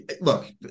Look